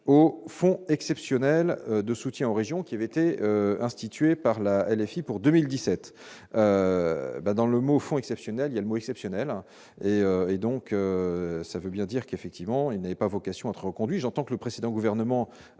au fonds exceptionnel de soutien aux régions, qui avait été instituée par la LFI pour 2017 bah dans le mot fonds exceptionnel il y a le mois exceptionnel et et donc ça veut bien dire qu'effectivement, il n'avait pas vocation entre conduisant tant que le précédent gouvernement